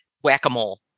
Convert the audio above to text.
whack-a-mole